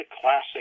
classic